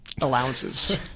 Allowances